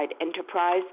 enterprise